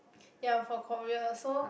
ya from Korea so